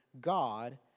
God